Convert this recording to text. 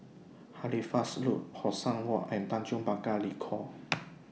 Halifax Road Hong San Walk and Tanjong Pagar Ricoh